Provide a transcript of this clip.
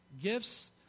Gifts